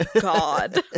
God